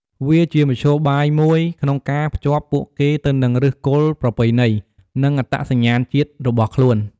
វាជាមធ្យោបាយមួយក្នុងការភ្ជាប់ពួកគេទៅនឹងឫសគល់ប្រពៃណី និងអត្តសញ្ញាណជាតិរបស់ខ្លួន។